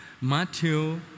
Matthew